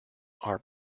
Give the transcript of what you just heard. are